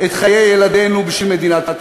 בנושא הזה אתם לא צריכים ממני נאומים,